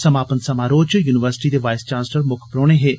समापन समारोह च युनिवर्सिटी दे वाईस चान्सलर मुक्ख परौहने हे